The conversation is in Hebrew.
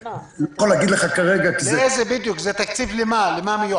אני לא יכול להגיד לך כרגע כי זה --- זה תקציב למה הוא מיועד?